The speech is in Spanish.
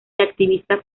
activista